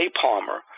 Palmer